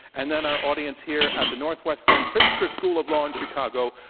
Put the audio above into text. and then our audience here, at the northwestern pritzker school of law in chicago,